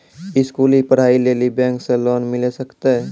स्कूली पढ़ाई लेली बैंक से लोन मिले सकते?